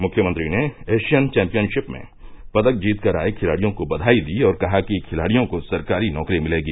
मुख्यमंत्री ने Asian championship में पदक जीत कर आये खिलाड़ियों को बघाई दी और कहा कि खिलाड़ियों को सरकारी नौकरी मिलेगी